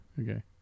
Okay